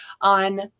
on